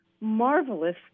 marvelous